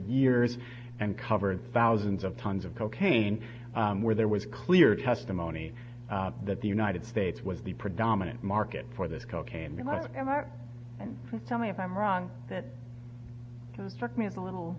years and covered thousands of tons of cocaine where there was clear testimony that the united states was the predominant market for this cocaine and tell me if i'm wrong that struck me as a little